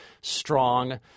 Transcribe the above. strong